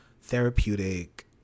therapeutic